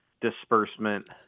disbursement